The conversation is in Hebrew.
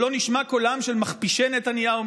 שלא נשמע בהם קולם של מכפישי נתניהו,